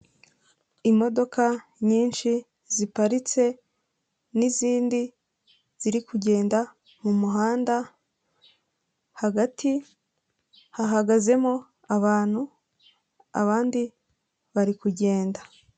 Imodoka nyinshi ziparitse n'izindi ziri kugenda mu muhanda hagati hahagazemo abantu abandi bari kugenda.